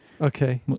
okay